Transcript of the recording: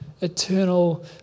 eternal